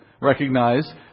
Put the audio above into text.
recognize